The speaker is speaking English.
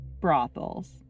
brothels